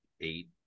eight